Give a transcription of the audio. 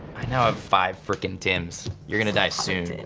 i now have five frickin' tims, you're gonna die soon.